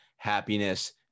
happiness